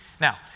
Now